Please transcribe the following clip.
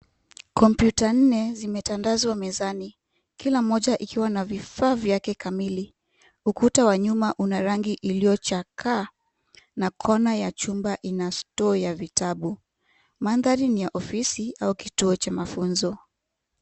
Komputa nne zimetandazwa mezani, kila moja ikiwa na vifaa vyake kamili. Ukuta wa nyuma una rangi iliyochakaa na kona ya chumba ina store ya vitabu. Mandhari ni ya ofisi au kituo cha mafunzo.